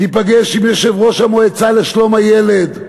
תיפגש עם יושב-ראש המועצה לשלום הילד,